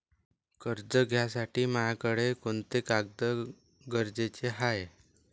कर्ज घ्यासाठी मायाकडं कोंते कागद गरजेचे हाय?